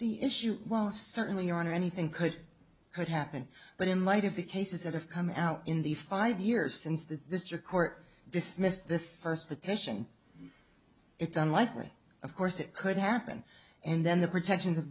the issue while certainly on anything could could happen but in light of the cases that have come out in the five years since the district court dismissed this first petition it's unlikely of course it could happen and then the protection